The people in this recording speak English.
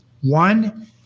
One